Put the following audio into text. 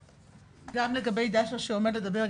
גם לגבי דאשה שעומדת לדבר,